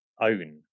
own